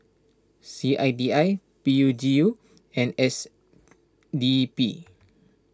C I D I P U G U and S D P